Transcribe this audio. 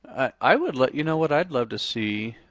i would love, you know what i'd love to see.